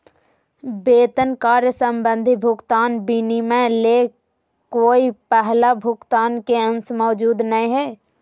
वेतन कार्य संबंधी भुगतान विनिमय ले कोय पहला भुगतान के अंश मौजूद नय हइ